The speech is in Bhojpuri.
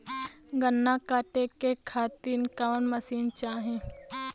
गन्ना कांटेके खातीर कवन मशीन चाही?